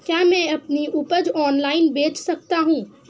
क्या मैं अपनी उपज ऑनलाइन बेच सकता हूँ?